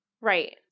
Right